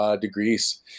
degrees